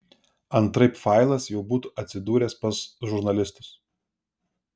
antraip failas jau būtų atsidūręs pas žurnalistus